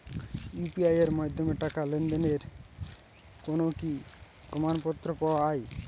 UPI এর মাধ্যমে টাকা লেনদেনের কোন কি প্রমাণপত্র পাওয়া য়ায়?